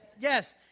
yes